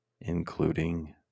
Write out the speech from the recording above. including